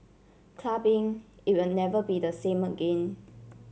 clubbing even never be the same again